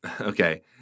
Okay